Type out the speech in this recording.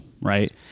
right